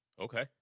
Okay